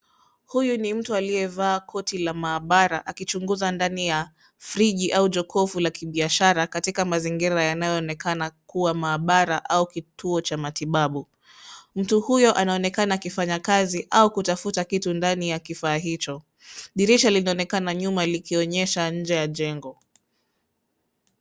Huyu ni mtu aliyevaa koti la maabara akichunguza ndani ya friji au jokofu la kibiashara katika mazingira yanayoonekana kuwa maabara au kituo cha matibabu. Mtu huyo anaonekana akifanya kazi au kutafuta kitu ndani ya kifaa hicho. Dirisha linaonekana nyuma likionyesha nje ya jengo.